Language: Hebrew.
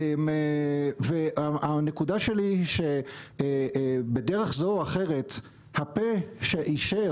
הנקודה היא שבדרך זו או אחרת הפה שאישר,